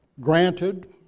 Granted